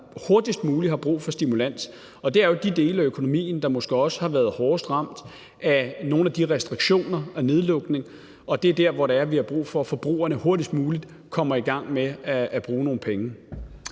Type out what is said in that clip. hurtigst muligt har brug for stimulans, og det er jo de dele af økonomien, der måske også har været hårdest ramt af restriktioner og nedlukning. Og det er der, hvor vi har brug for, at forbrugerne hurtigst muligt kommer i gang med at bruge nogle penge.